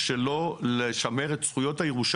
לא לשימוש.